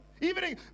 evening